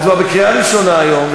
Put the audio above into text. את כבר בקריאה ראשונה היום,